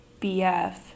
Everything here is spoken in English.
BF